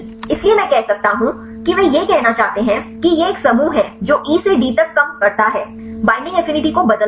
इसलिए मैं कह सकता हूं कि वे यह कहना चाहते हैं कि मैं यह कहना चाहता हूं कि यह एक समूह है जो ई से डी तक कम करता है बईंडिंग एफिनिटी को बदलता है